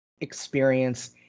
experience